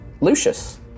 Lucius